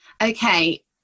Okay